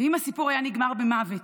אם הסיפור היה נגמר במוות,